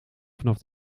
vanaf